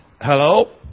Hello